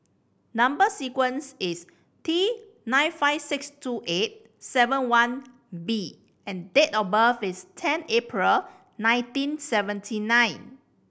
number sequence is T nine five six two eight seven one B and date of birth is ten April nineteen seventy nine